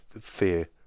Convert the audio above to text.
fear